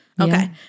Okay